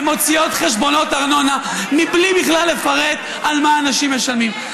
הן מוציאות חשבונות ארנונה מבלי בכלל לפרט על מה אנשים משלמים.